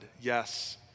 Yes